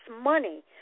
money